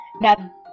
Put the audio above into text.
Now